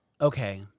okay